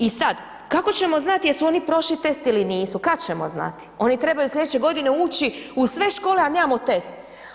I sad, kako ćemo znat jesu oni prošli test ili nisu, kad ćemo znati, oni trebaju slijedeće godine ući u sve škole, a nemamo test.